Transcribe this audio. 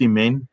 men